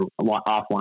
offline